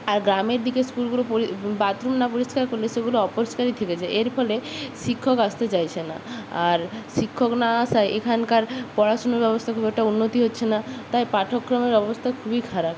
আর গ্রামের দিকে স্কুলগুলো পরি বাথরুম না পরিষ্কার করলে সেগুলো অপরিষ্কারই থেকে যায় এর ফলে শিক্ষক আসতে চাইছে না আর শিক্ষক না আসায় এখানকার পড়াশুনোর ব্যবস্থা খুব একটা উন্নতি হচ্ছে না তাই পাঠ্যক্রমের অবস্থা খুবই খারাপ